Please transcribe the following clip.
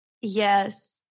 Yes